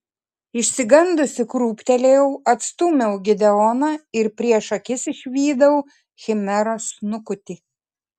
išsigandusi krūptelėjau atstūmiau gideoną ir prieš akis išvydau chimeros snukutį